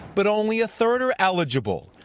but only a third are eligible.